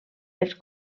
els